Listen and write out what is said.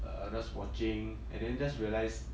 err just watching and then just realise